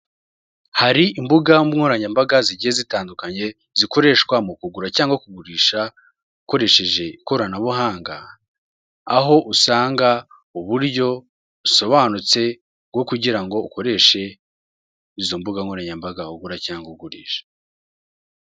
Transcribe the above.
Hari imbugankoranyambaga zikoreshwa mu kugura cyangwa kugurisha ukoresheje ikoranabuhanga aho usanga uburyo busobanutse bwo kugira ngo ukoreshe izo mbugankoranyambaga ugura cyangwa ugurisha.